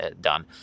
done